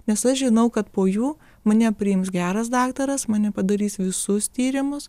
nes aš žinau kad po jų mane priims geras daktaras mane padarys visus tyrimus